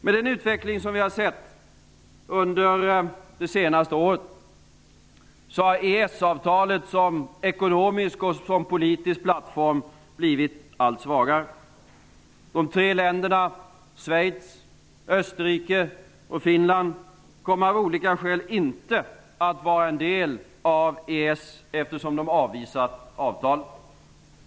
Med den utveckling vi har sett under det senaste året har EES-avtalet som ekonomisk och politisk plattform blivit allt svagare. De tre länderna Schweiz, Österrike och Finland kommer av olika skäl inte att vara en del av EES, eftersom de avvisat avtalet.